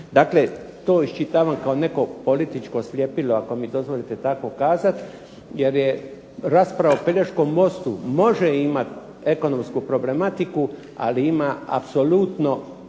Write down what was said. Dakle, to iščitavam kao neko političko sljepilo, ako mi dozvolite tako kazat jer rasprava o Pelješkom mostu može imat ekonomsku problematiku ali ima apsolutno,